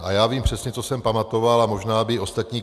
A já vím přesně, co jsem pamatoval, a možná by ostatní...